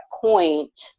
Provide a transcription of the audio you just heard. point